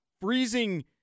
Freezing